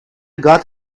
god